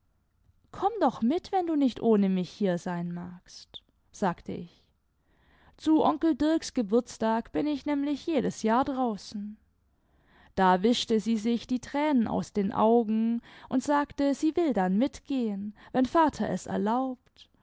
komm doch mit wenn du nicht ohne mich hier sein magst sagte ich zu onkel dirks geburtstag bin ich nämlich jedes jahr draußen da wischte sie sich die tränen aus den augen und sagte sie will dann mitgehen wenn vater es erlaubt